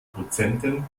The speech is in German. prozenten